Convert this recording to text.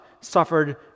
suffered